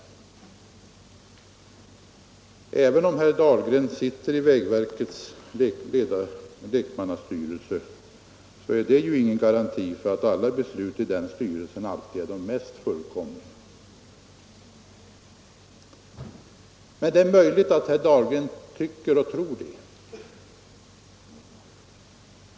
Men detta att herr Dahlgren är med i vägverkets styrelse är ingen garanti för att alla beslut i den styrelsen är fullkomliga. Det är möjligt att herr Dahlgren tycker och tror det.